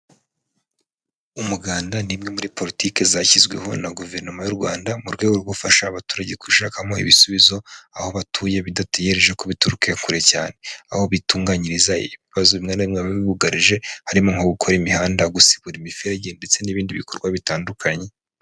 Umuganda ni imwe muri polutiki zashyizweho na guverinoma y'u Rwanda mu rwego rwo gufasha abaturage kwishakamo ibisubizo, aho batuye, bidategereje ko bituruka kure cyane, aho bitunganyiriza ibibazo bimwe na bimwe biba bibugarije, harimo nko gukora imihanda, gusibura imiferege, ndetse n'ibindi bikorwa bitandukanye.